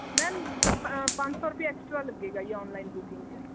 ma'am ਪੰਜ ਸੌ ਰੁਪਏ ਐਕਸਟਰਾ ਲੱਗੇਗਾ ਜੀ ਔਨਲਾਈਨ ਬੁਕਿੰਗ 'ਤੇ